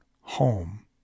home